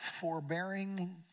forbearing